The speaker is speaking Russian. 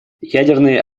ядерные